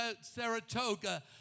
Saratoga